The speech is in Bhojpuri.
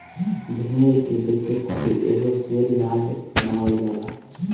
भेड़ के बेचे खातिर एगो सेल यार्ड बनावल जाला